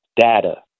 data